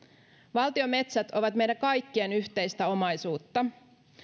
valtion metsät ovat meidän kaikkien yhteistä omaisuutta